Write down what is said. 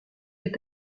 est